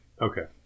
Okay